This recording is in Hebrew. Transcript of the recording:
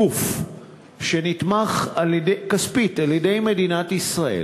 גוף שנתמך כספית על-ידי מדינת ישראל,